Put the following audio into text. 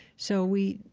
so we,